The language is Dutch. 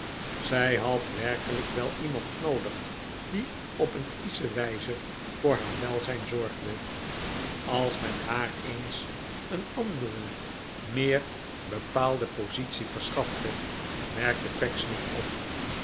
zij had werkelijk wel iemand noodig die op een kiesche wijze voor haar welzijn zorgde als men haar eens een andere meer pecksniff maakt groote vorderingen bepaalde positie verschafte merkte pecksniff op